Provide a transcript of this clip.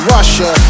Russia